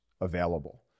available